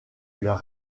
leur